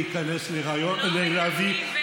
באווירה החברתית הנוכחית,